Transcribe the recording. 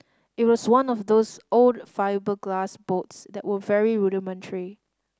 it was one of those old fibreglass boats that were very rudimentary